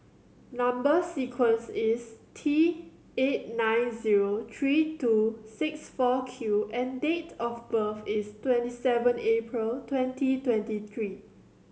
number sequence is T eight nine zero three two six four Q and date of birth is twenty seven April twenty twenty three